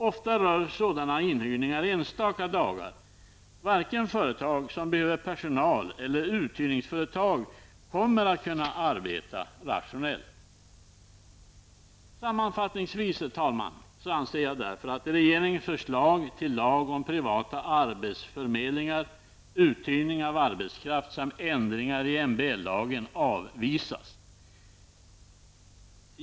Ofta rör sådana inhyrningar enstaka dagar. Varken företaget som behöver personal eller uthyrningsföretaget kommer att kunna arbeta rationellt. Sammanfattningsvis anser jag därför att regeringens förslag till lag om privata arbetsförmedlingar, uthyrning av arbetskraft samt ändringar i MBL-lagen skall avvisas.